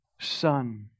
son